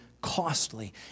costly